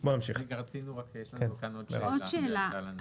עוד שאלה.